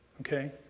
okay